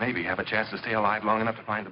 maybe have a chance to stay alive long enough to find